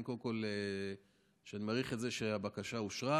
קודם כול שאני מעריך את זה שהבקשה אושרה,